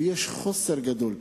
ויש חוסר גדול.